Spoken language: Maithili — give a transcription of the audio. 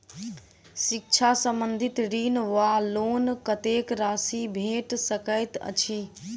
शिक्षा संबंधित ऋण वा लोन कत्तेक राशि भेट सकैत अछि?